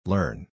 Learn